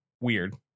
Weird